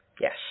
Yes